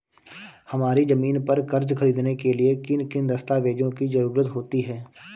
हमारी ज़मीन पर कर्ज ख़रीदने के लिए किन किन दस्तावेजों की जरूरत होती है?